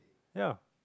ya